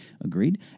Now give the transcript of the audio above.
Agreed